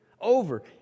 over